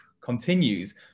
continues